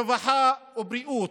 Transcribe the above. רווחה ובריאות.